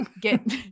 Get